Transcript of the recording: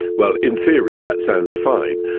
well, in theory that sounds fine.